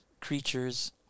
creatures